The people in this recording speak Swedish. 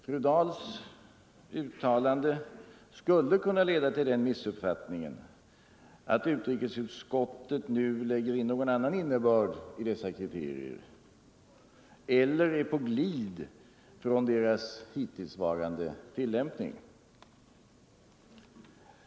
Fru Dahls uttalande skulle kunna leda till den missuppfattningen att utrikesutskottet nu lägger in någon annan innebörd i dessa kriterier eller är på glid från deras hittillsvarande tillämpning.